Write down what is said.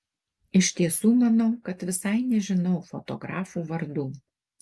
iš tiesų manau kad visai nežinau fotografų vardų